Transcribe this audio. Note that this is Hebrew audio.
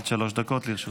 אדוני, עד שלוש דקות לרשותך.